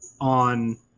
on